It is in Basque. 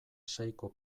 seiko